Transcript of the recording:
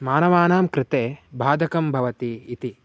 मानवानां कृते बाधकं भवति इति